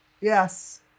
Yes